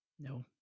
No